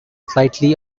slightly